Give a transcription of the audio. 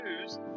news